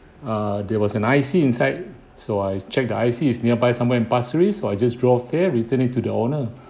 err there was an I_C inside so I check the I_C is nearby somewhere in pasir ris so I just drove there return it to the owner